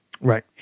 Right